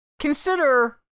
consider